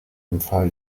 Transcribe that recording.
empfahl